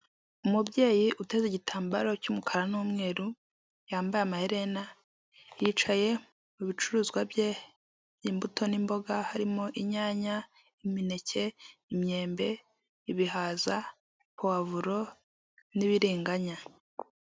Umubyeyi uteze igitambaro cy'umukara n'umweru yambaye amaherena, yicaye mu bicuruzwa bye imbuto n'imboga harimo: inyanya, imineke, imyembe, ibihaza, pavuro n'ibirenganya.